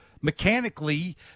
mechanically